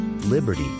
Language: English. Liberty